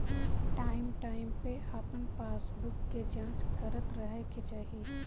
time time पे अपन passbook के जाँच करत रहे के चाही